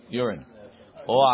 urine